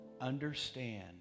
understand